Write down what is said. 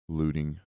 looting